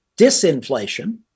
disinflation